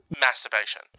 Masturbation